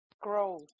grow